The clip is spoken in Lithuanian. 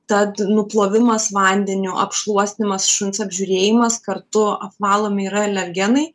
tad nuplovimas vandeniu apšluostymas šuns apžiūrėjimas kartu apvalomi yra alergenai